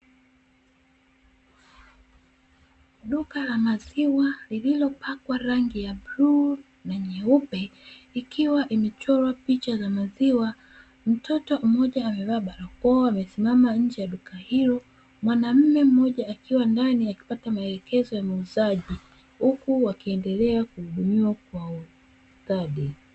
Duka la maziwa lililopakwa rangi ya bluu na nyeupe ikiwa imechorwa picha za maziwa. Mtoto mmoja amevaa barakoa amesimama nje ya duka hilo, mwanaume mmoja akiwa ndani akipata maelekezo ya muuzaji huku wakiendelea kuhudumiwa kwa ustadi.